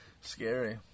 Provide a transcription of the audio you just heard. Scary